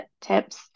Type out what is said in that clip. tips